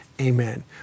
amen